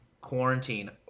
quarantine